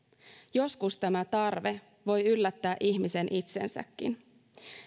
joskus tämä tarve voi yllättää ihmisen itsensäkin